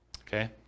Okay